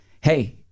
hey